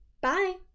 Bye